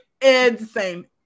insane